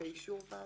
באישור הוועדה.